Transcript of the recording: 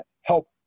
help